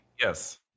Yes